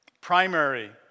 primary